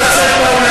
נא לצאת מהאולם.